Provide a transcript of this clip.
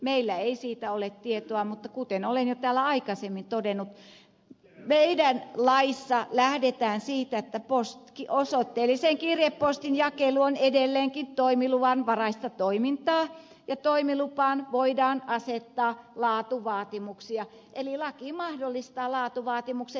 meillä ei siitä ole tietoa mutta kuten olen jo täällä aikaisemmin todennut meidän laissa lähdetään siitä että osoitteellisen kirjepostin jakelu on edelleenkin toimiluvanvaraista toimintaa ja toimilupaan voidaan asettaa laatuvaatimuksia eli laki mahdollistaa laatuvaatimukset